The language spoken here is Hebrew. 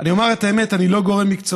אני חושב שזה המקום שהממשלה,